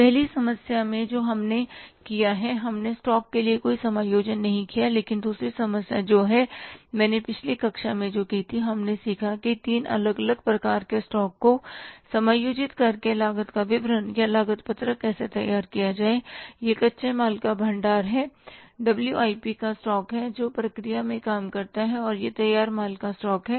पहली समस्या में जो हमने किया हमने स्टॉक के लिए कोई समायोजन नहीं किया लेकिन दूसरी समस्या जो है जो मैंने पिछली कक्षा में की थी हमने सीखा कि तीन अलग अलग प्रकार के स्टॉक्स को समायोजित करके लागत का विवरण या लागत पत्रक कैसे तैयार किया जाए यह कच्चे माल का भंडार है डब्ल्यूआईपी का स्टॉक है जो प्रक्रिया में काम करता है और यह तैयार माल का स्टॉक है